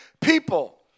people